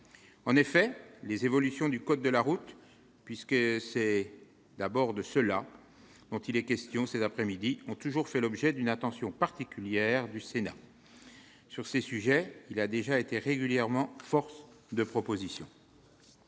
En effet, les évolutions du code de la route, puisque c'est d'abord de cela qu'il est question cet après-midi, ont toujours fait l'objet d'une attention particulière du Sénat. Sur ces sujets, il a déjà été régulièrement force de proposition.